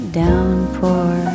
downpour